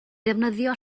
ddefnyddio